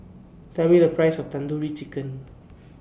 Tell Me The Price of Tandoori Chicken